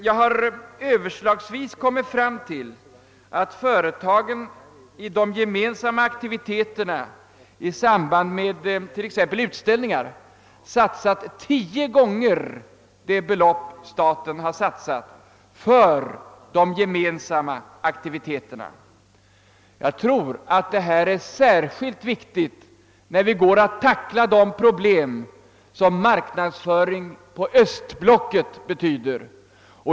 Jag har överslagsvis beräknat att företagen t.ex. i samband med utställningar satsat tio gånger det belopp staten har satsat på de gemensamma aktiviteterna. Jag tror att detta är särskilt viktigt när vi skall ta itu med de problem som marknadsföring på Östblocket betyder.